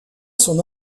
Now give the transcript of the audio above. son